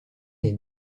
est